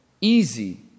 Easy